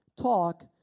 talk